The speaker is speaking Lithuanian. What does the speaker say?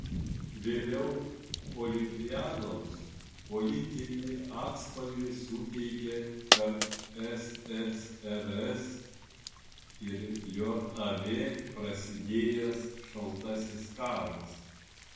vėliau olimpiadoms politinį atspalvį suteikė tarp ssrs ir jav prasidėjęs šaltasis karas